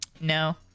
no